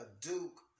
Duke